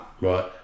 right